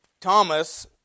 Thomas